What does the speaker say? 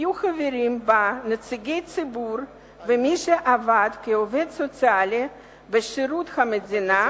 יהיו חברים בה נציגי ציבור ומי שעבד כעובד סוציאלי בשירות המדינה,